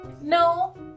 No